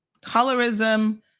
colorism